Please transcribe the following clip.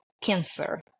cancer